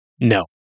No